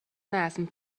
neesmu